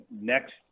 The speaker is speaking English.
next